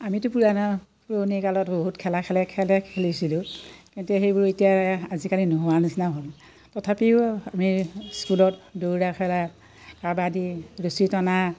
আমিতো পুৰণা পুৰণি কালত বহুত খেলা খেলে খেলে খেলিছিলোঁ কিন্তু সেইবোৰ এতিয়া আজিকালি নোহোৱাৰ নিচিনা হ'ল তথাপিও আমি স্কুলত দৌৰা খেলা কাবাডী ৰছী টনা